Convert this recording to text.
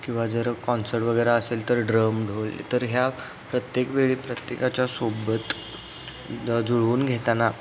किंवा जर कॉन्सर्ट वगैरे असेल तर ड्रम ढोल तर ह्या प्रत्येक वेळी प्रत्येकाच्या सोबत जुळवून घेताना